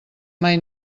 mai